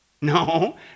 No